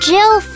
Jill